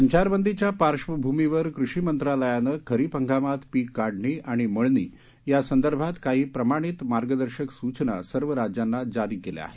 टाळेबंदीच्या पार्श्वभूमीवर कृषी मंत्रालयानं खरीप हंगामात पिक काढणी आणि मळणी या संदर्भात काही प्रमाणित मार्गदर्शक सूचना सर्व राज्यांना जारी केल्या आहेत